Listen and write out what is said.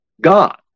God